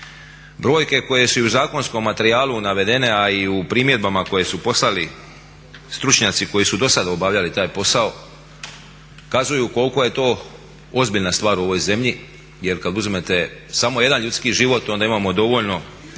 Brojke koje su i u zakonskom materijalu navedene a i u primjedbama koje su poslali stručnjaci koji su dosada obavljali taj posao kazuju koliko je to ozbiljna stvar u ovoj zemlji jer kad uzmete samo jedan ljudski život onda imamo dovoljno